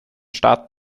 staaten